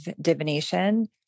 divination